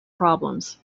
problems